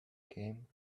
game